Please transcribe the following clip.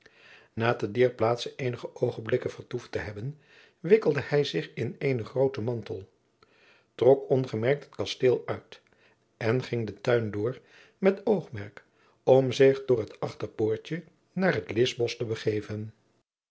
na te dier plaatse eenige oogenblikken vertoefd te hebben wikkelde hij zich in eenen grooten mantel trok ongemerkt het kasteel uit en ging den tuin door met oogmerk om zich door het achterpoortje naar het lischbosch te begeven